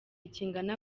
kingana